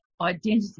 identity